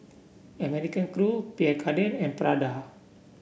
American Crew Pierre Cardin and Prada